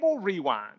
Rewind